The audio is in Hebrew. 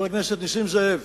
חבר הכנסת נסים זאב,